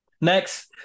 next